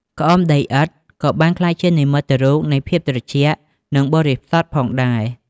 ក្អមដីឥដ្ឋក៏បានក្លាយជានិមិត្តរូបនៃភាពត្រជាក់ និងបរិសុទ្ធផងដែរ។